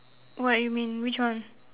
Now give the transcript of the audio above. what you mean which one